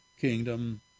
kingdom